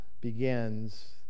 begins